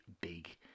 big